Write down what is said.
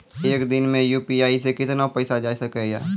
एक दिन मे यु.पी.आई से कितना पैसा जाय सके या?